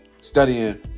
studying